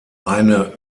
eine